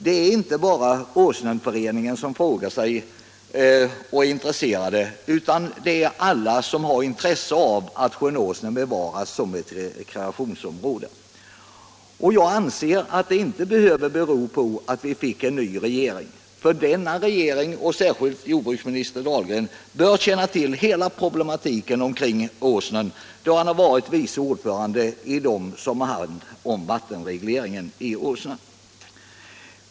Det är inte bara Åsnenföreningen som frågar och som är intresserad utan det är alla som har intresse av att sjön Åsnen bevaras som ett rekreationsområde. Jag anser att det inte behöver bero på att vi fick en ny regering. Denna regering, och särskilt jordbruksminister Dahlgren, bör känna till hela problematiken, då han har varit vice ordförande i det företag som har hand om vattenregleringen i Åsnen.